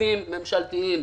גופים ממשלתיים,